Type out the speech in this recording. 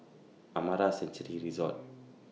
Amara Sanctuary Resort